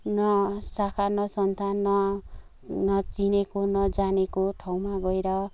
न साखा न सन्तान न न चिनेको न जानेको ठाँउमा गएर